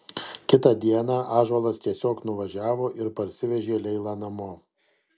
kitą dieną ąžuolas tiesiog nuvažiavo ir parsivežė leilą namo